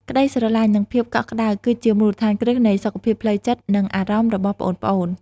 ក្តីស្រឡាញ់ និងភាពកក់ក្តៅ គឺជាមូលដ្ឋានគ្រឹះនៃសុខភាពផ្លូវចិត្ត និងអារម្មណ៍របស់ប្អូនៗ។